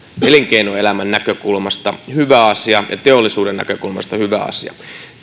elinkeinoelämän näkökulmasta hyvä asia ja teollisuuden näkökulmasta hyvä asia